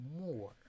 more